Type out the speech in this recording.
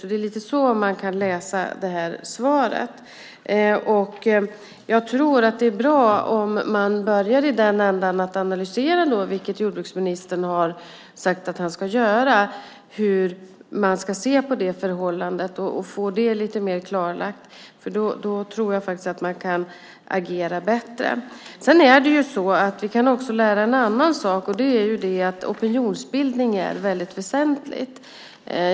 Det är lite så man kan läsa svaret. Jag tror att det är bra om man börjar i den änden att man analyserar, vilket jordbruksministern har sagt att han ska göra, hur man ska se på detta förhållande och få det lite mer klarlagt, för då tror jag att man kan agera bättre. Vi kan också lära en annan sak: att opinionsbildning är väldigt väsentligt.